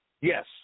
Yes